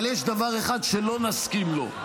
אבל יש דבר אחד שלא נסכים לו,